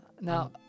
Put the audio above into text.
Now